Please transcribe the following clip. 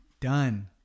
done